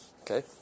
okay